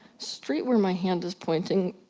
strait where my hand is pointing,